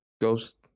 ghost